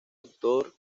actor